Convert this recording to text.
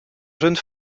jeune